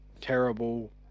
terrible